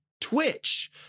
Twitch